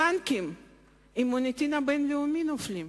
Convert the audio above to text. בנקים עם מוניטין בין-לאומי נופלים.